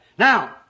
Now